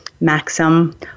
Maxim